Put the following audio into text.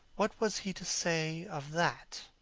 what was he to say of that?